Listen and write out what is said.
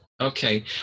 okay